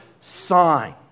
sign